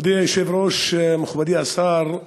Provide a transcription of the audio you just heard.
מכובדי היושב-ראש, מכובדי השר,